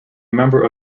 member